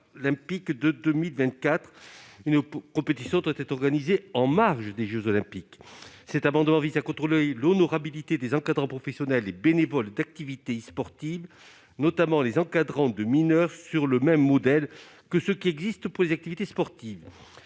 Paralympiques de 2024. Une compétition doit être organisée en marge des JO. Cet amendement vise à contrôler l'honorabilité des encadrants professionnels et bénévoles d'activités e-sportives, notamment les encadrants de mineurs, sur le même modèle que ce qui existe pour les activités sportives.